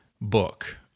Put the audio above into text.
book